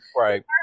Right